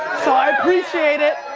so, i appreciate it.